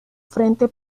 frente